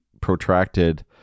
protracted